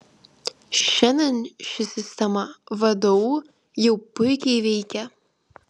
šiandien ši sistema vdu jau puikiai veikia